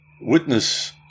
witness